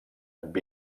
amb